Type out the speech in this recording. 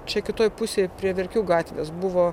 čia kitoj pusėje prie verkių gatvės buvo